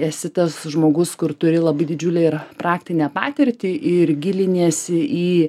esi tas žmogus kur turi labai didžiulę ir praktinę patirtį ir giliniesi į